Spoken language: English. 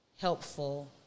helpful